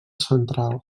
central